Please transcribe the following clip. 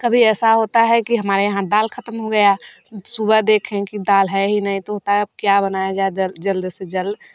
कभी ऐसा होता है कि हमारे यहाँ दाल खत्म हो गया सुबह देखें कि दाल है ही नहीं तो होता अब क्या बनाया जाए जल जल्द से जल्द